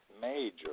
major